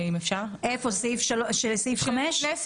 אם אפשר לתת לה, היא ב-זום.